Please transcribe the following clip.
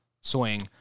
swing